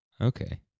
Okay